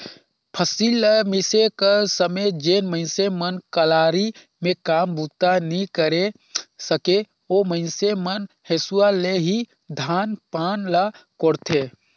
फसिल ल मिसे कर समे जेन मइनसे मन कलारी मे काम बूता नी करे सके, ओ मइनसे मन हेसुवा ले ही धान पान ल कोड़थे